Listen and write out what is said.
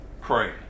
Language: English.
Pray